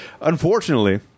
Unfortunately